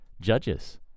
judges